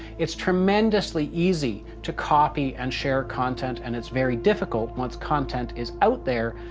it's tremendously easy to copy and share content. and it's very difficult, once content is out there,